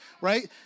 right